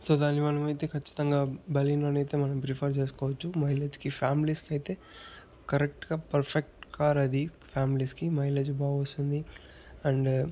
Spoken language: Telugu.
సో దాన్ని మనమైతే కచ్చితంగా బలినో నైతే మనం ప్రిఫర్ చేసుకోవచ్చు మైలేజ్ కి ఫ్యామిలీస్ కైతే కరెక్టు గా పర్ఫెక్ట్ కారు అది ఫ్యామిలీస్ కి మైలేజ్ బాగొస్తుంది అండ్